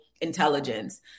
intelligence